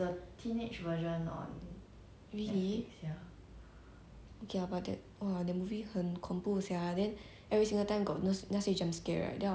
okay but that !wah! that movie 很恐怖 sia then every single time got those 那些 jump scare right then I'll hide behind it's really quite scary but I think it's it's a good movie